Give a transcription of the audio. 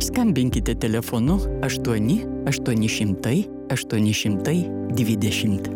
skambinkite telefonu aštuoni aštuoni šimtai aštuoni šimtai dvidešimt